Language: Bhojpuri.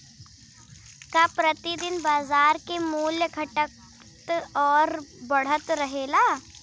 का प्रति दिन बाजार क मूल्य घटत और बढ़त रहेला?